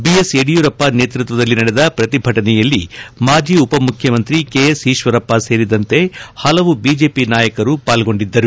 B S Yediyurappa ಅವರ ನೇತೃತ್ವದಲ್ಲಿ ನಡೆದ ಪ್ರತಿಭಟನೆಯಲ್ಲಿ ಮಾಜಿ ಉಪಮುಖ್ಯಮಂತ್ರಿ ಕೆ ಎಸ್ ಈಶ್ವರಪ್ಪ ಸೇರಿದಂತೆ ಹಲವು ಬಿಜೆಪಿ ನಾಯಕರು ಪಾಲ್ಗೊಂಡಿದ್ದರು